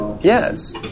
Yes